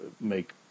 make